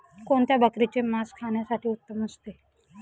कोणत्या बकरीचे मास खाण्यासाठी उत्तम असते?